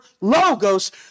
Logos